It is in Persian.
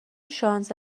شانس